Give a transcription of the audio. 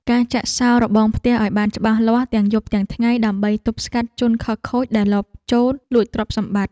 ការចាក់សោរបងផ្ទះឱ្យបានច្បាស់លាស់ទាំងយប់ទាំងថ្ងៃដើម្បីទប់ស្កាត់ជនខិលខូចដែលលបចូលលួចទ្រព្យសម្បត្តិ។